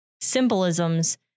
symbolisms